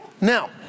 Now